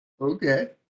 Okay